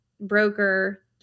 broker